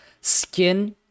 skin